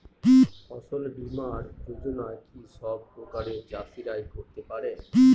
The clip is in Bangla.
ফসল বীমা যোজনা কি সব প্রকারের চাষীরাই করতে পরে?